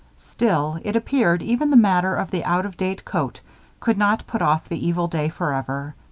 still, it appeared, even the matter of the out-of-date coat could not put off the evil day forever.